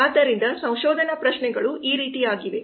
ಆದ್ದರಿಂದ ಸಂಶೋಧನಾ ಪ್ರಶ್ನೆಗಳು ಈ ರೀತಿಯಾಗಿವೆ